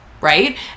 Right